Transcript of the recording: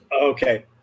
Okay